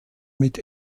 mit